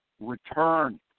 return